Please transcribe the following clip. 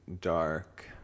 dark